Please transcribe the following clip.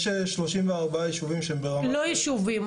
יש 34 ישובים --- לא ישובים,